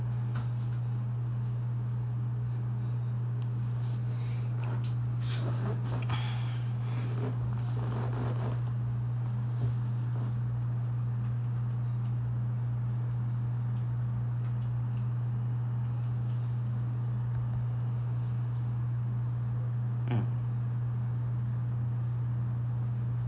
mm